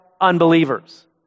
unbelievers